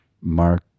Mark